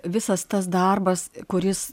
visas tas darbas kuris